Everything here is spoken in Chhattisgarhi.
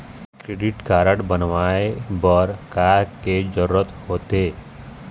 क्रेडिट कारड बनवाए बर का के जरूरत होते?